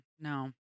no